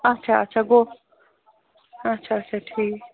اَچھا اَچھا گوٚو اَچھا اَچھا ٹھیٖک